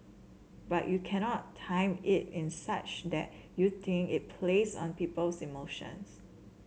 but you cannot time it in such that you think it plays on people's emotions